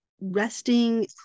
resting